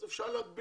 ולכן אפשר להגביל.